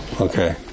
okay